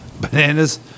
bananas